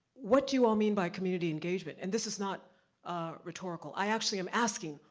what do you all mean by community engagement? and this is not rhetorical, i actually am asking,